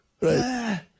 right